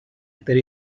there